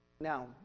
Now